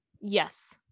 yes